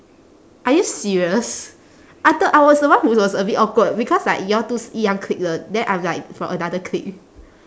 are you serious I thought I was the one who was a bit awkward because like you all two 是一样 clique 的 then I'm like from another clique